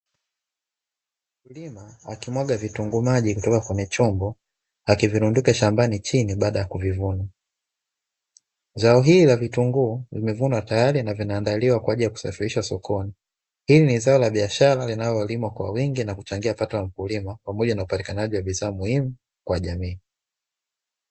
Mkulima akimwaga vitunguu maji kutoka kwenye chombo akivirundika shambani chini baada ya kuvivuna, zao hili la kitunguu limevunwa tayari vinaandaliwa kwaajili ya kusafirishwa sokoni. Hili nji zao la biashara linalo limwa kwa wingi na kuchangia pato la mkulima, pamoja na upatikanaji wa bidhaa muhimu kwa jamii.